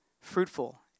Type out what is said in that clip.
fruitful